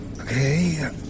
Okay